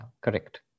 correct